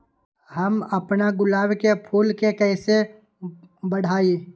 हम अपना गुलाब के फूल के कईसे बढ़ाई?